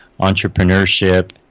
entrepreneurship